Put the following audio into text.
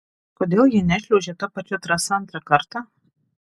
kodėl jie nešliuožė ta pačia trasa antrą kartą